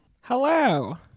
Hello